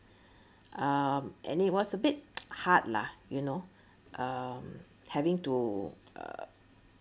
uh and it was a bit hard lah you know um having to uh